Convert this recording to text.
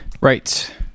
Right